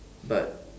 but